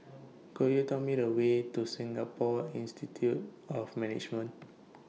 Could YOU Tell Me The Way to Singapore Institute of Management